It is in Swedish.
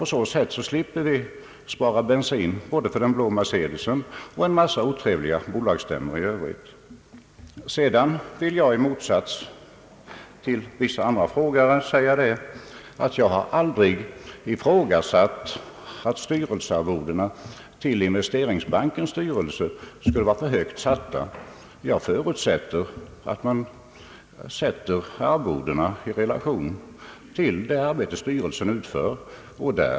På så sätt kan vi spara bensin för den blå Mercedesen och en mängd obehagliga bolagsstämmor i övrigt. I motsats till vissa andra frågeställare vill jag framhålla att jag aldrig har ifrågasatt att arvodena till Investeringsbankens styrelseledamöter skulle vara för högt satta. Jag förutsätter att man har satt arvodena i relation till det arbete styrelsen utför.